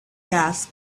gas